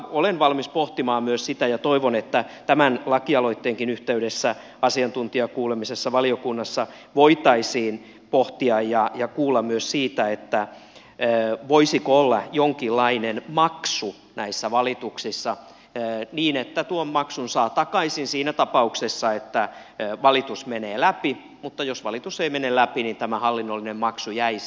olen valmis pohtimaan myös sitä ja toivon että tämän lakialoitteenkin yhteydessä asiantuntijakuulemisessa valiokunnassa voitaisiin pohtia ja kuulla myös siitä voisiko olla jonkinlainen maksu näissä valituksissa niin että tuon maksun saa takaisin siinä tapauksessa että valitus menee läpi mutta jos valitus ei mene läpi niin tämä hallinnollinen maksu jäisi